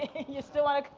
you still wanna